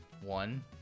One